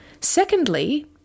Secondly